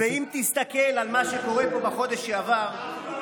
ואם תסתכל על מה שקרה פה בחודש שעבר,